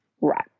Right